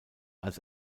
als